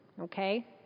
okay